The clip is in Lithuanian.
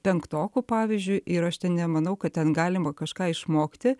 penktokų pavyzdžiui ir aš ten nemanau kad ten galima kažką išmokti